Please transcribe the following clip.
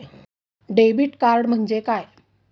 Debit card म्हणजे काय?